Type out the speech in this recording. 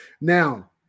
Now